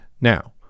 Now